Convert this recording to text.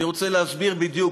אני רוצה להסביר בדיוק.